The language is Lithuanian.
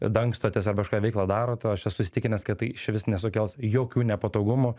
dangstotės arba kažkokią veiklą darot aš esu įsitikinęs kad tai išvis nesukels jokių nepatogumų